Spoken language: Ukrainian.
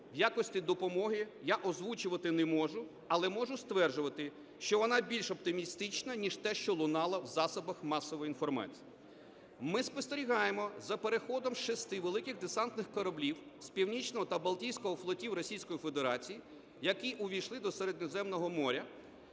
якості допомоги я озвучувати не можу, але можу стверджувати, що вона більш оптимістична ніж те, що лунало в засобах масової інформації. Ми спостерігаємо за переходом шести великих десантних кораблів з Північного та Балтійського флотів Російської Федерації, які увійшли до Середземного моря